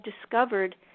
discovered